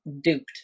duped